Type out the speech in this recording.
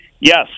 Yes